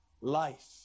life